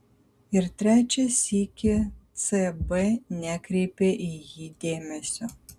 ir trečią sykį cb nekreipė į jį dėmesio